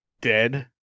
dead